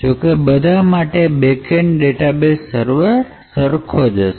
જોકે બધા માટે બેકેન્ડડેટાબેઝ સર્વર સરખો જ રહેશે